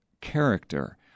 character